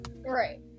Right